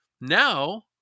Now